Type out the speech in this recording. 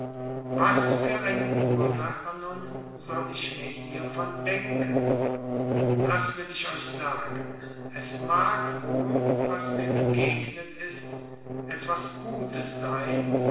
was für eine ursache nun soll ich mir hiervon denken das will ich euch sagen es mag wohl was mir begegnet ist etwas gutes sein